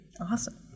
Awesome